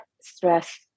stress